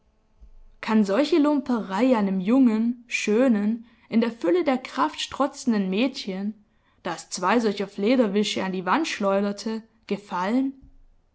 kann solche lumperei einem jungen schönen in der fülle der kraft strotzenden mädchen das zwei solcher flederwische an die wand schleuderte gefallen